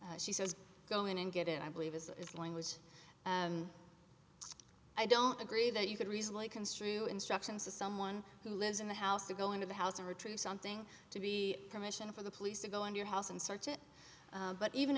drugs she says go in and get it i believe is language and i don't agree that you could reasonably construe instructions to someone who lives in the house to go into the house to retrieve something to be permission for the police to go in your house and search it but even